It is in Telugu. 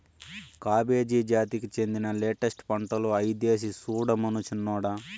కాబేజీ జాతికి చెందిన లెట్టస్ పంటలు ఐదేసి సూడమను సిన్నోడా